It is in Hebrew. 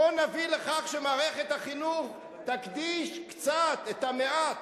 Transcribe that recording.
בואו נביא לכך שמערכת החינוך תקדיש קצת, את המעט,